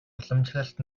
уламжлалт